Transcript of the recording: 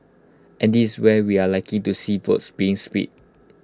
and this where we are likely to see votes being split